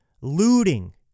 looting